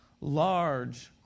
Large